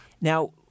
Now